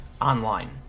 online